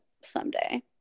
someday